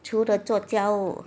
除了做家务